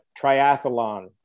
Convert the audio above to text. triathlon